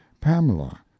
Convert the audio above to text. pamela